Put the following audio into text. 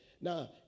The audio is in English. Now